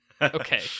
Okay